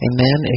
Amen